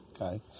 Okay